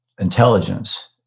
intelligence